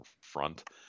front